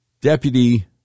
Deputy